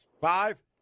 five